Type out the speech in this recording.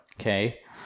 Okay